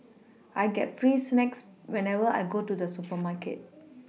I get free snacks whenever I go to the supermarket